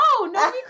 no